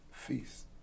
Feast